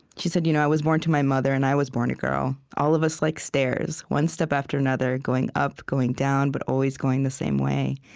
she said, you know i was born to my mother, and i was born a girl, all of us like stairs, one step after another, going up, going down, but always going the same way.